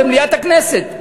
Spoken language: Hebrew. במליאת הכנסת.